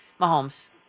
Mahomes